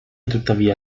tuttavia